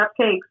cupcakes